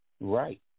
Right